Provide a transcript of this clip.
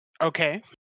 okay